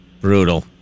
Brutal